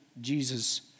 Jesus